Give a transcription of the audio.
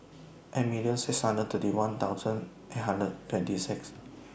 eight million six hundred thirty one thousand eight hundred twenty six